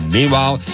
Meanwhile